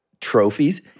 trophies